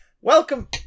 Welcome